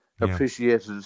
appreciated